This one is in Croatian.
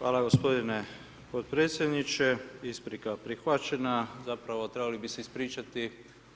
Hvala gospodine podpredsjedniče, isprika prihvaćena, zapravo trebali bi se ispričati